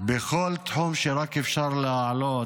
בכל תחום שרק אפשר להעלות,